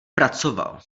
pracoval